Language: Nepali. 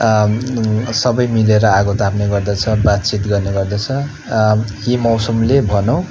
सबै मिलेर आगो ताप्ने गर्दछौँ बातचित गर्ने गर्दछौँ यी मौसमले भनौँ